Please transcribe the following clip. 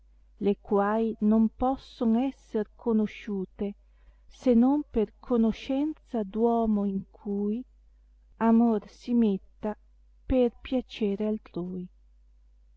le qaai non posson esser conosciute se non per conoscenza d nomo in cui amor si metta per piacere altrui